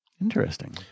Interesting